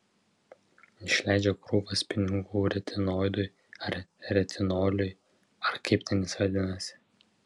išleidžia krūvas pinigų retinoidui ar retinoliui ar kaip ten jis vadinasi